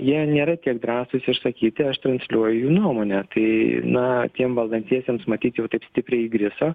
jie nėra tiek drąsūs išsakyti aš transliuoju jų nuomonę tai na tiem valdantiesiems matyt jau taip stipriai įgriso